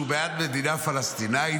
שהוא בעד מדינה פלסטינית,